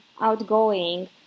outgoing